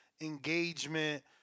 engagement